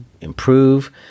improve